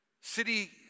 City